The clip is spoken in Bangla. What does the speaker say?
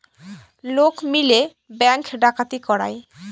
লোক মিলে ব্যাঙ্ক ডাকাতি করায়